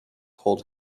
hold